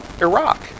Iraq